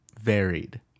varied